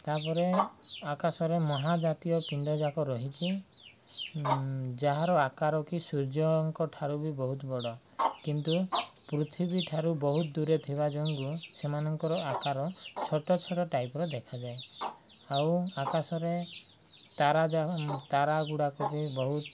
ତା'ପରେ ଆକାଶରେ ମହାଜାତୀୟ ପିଣ୍ଡ ଯାକ ରହିଛି ଯାହାର ଆକାର କି ସୂର୍ଯ୍ୟଙ୍କ ଠାରୁ ବି ବହୁତ ବଡ଼ କିନ୍ତୁ ପୃଥିବୀ ଠାରୁ ବହୁତ ଦୂରେ ଥିବା ଯୋଗୁଁ ସେମାନଙ୍କର ଆକାର ଛୋଟ ଛୋଟ ଟାଇପର ଦେଖାଯାଏ ଆଉ ଆକାଶରେ ତାରା ଯା ତାରା ଗୁଡ଼ାକ ବି ବହୁତ